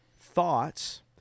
thoughts